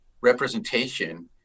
representation